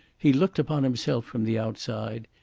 he looked upon himself from the outside.